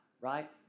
right